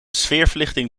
sfeerverlichting